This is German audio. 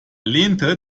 lehnte